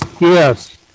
yes